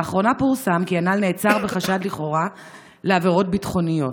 לאחרונה פורסם כי הנ"ל נעצר בחשד לכאורה לעבירות ביטחוניות.